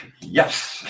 Yes